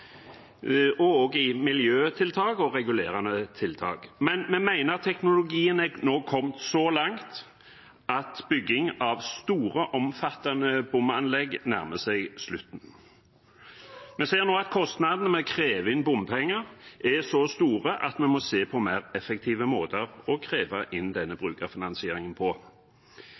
av store veiprosjekt, miljøtiltak og regulerende tiltak. Men vi mener at teknologien nå har kommet så langt at bygging av store, omfattende bomanlegg nærmer seg slutten. Vi ser nå at kostnadene med å kreve inn bompenger er så store at vi må se på mer effektive måter å kreve inn denne brukerfinansieringen på.